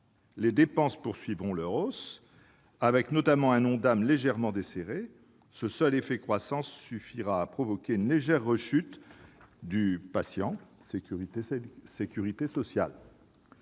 les dépenses poursuivront leur hausse, avec notamment un Ondam légèrement desserré. Ce seul effet croissance suffira à provoquer une légère rechute du « patient sécurité sociale »